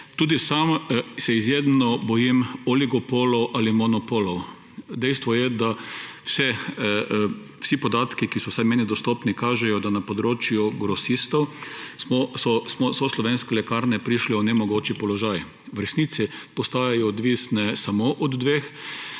Tudi sam se izjemno bojim oligopolov ali monopolov. Dejstvo je, da vsi podatki, ki so vsaj meni dostopni, kažejo, da so na področju grosistov slovenske lekarne prišle v nemogoči položaj. V resnici postajajo odvisne samo od dveh